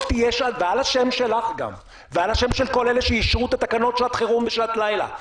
על השם שלך גם ועל השם של כל אלה שאישרו את תקנות שעת החירום בשעת לילה.